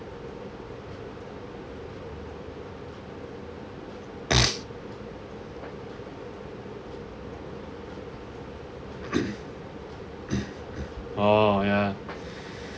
oh !yay!